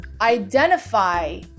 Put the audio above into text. identify